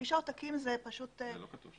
חמישה עותקים זה ממוצע.